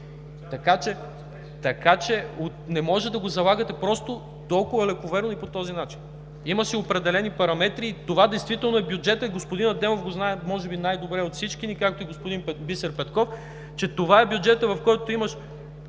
Така че не може да го залагате просто толкова лековерно и по този начин. Има си определени параметри. Това действително е бюджетът – и господин Адемов го знае може би най-добре от всички ни, както и господин Бисер Петков – в който имаш